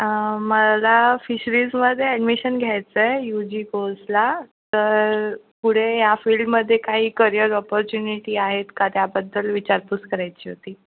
मला फिशरीजमध्ये ॲडमिशन घ्यायचं आहे यू जी कोर्सला तर पुढे या फील्डमध्ये काही करिअर ऑपॉर्च्युनिटी आहेत का त्याबद्दल विचारपूस करायची होती